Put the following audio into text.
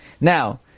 Now